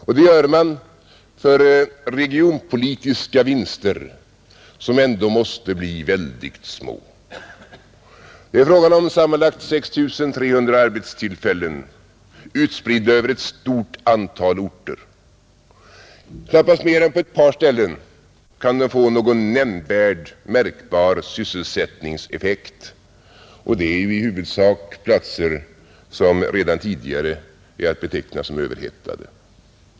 Och det gör man för regionpolitiska vinster som ändå måste bli väldigt små. Det är fråga om sammanlagt 6 300 arbetstillfällen utspridda över ett stort antal orter. Knappast mer än på ett par ställen kan det få någon märkbar sysselsättningseffekt, och det är i huvudsak platser som redan tidigare är att beteckna som överhettade.